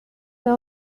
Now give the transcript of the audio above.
are